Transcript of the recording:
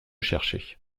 cherchais